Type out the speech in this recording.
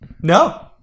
No